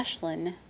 Ashlyn